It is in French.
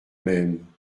même